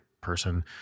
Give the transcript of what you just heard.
person